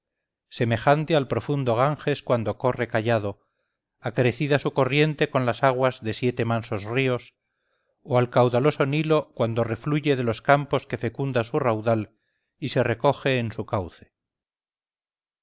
semejante al profundo ganges cuando corre callado acrecida su corriente con las aguas de siete mansos ríos o al caudaloso nilo cuando refluye de los campos que fecunda su raudal y se recoge en su cauce